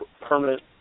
permanent